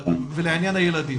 לעניין הילדים.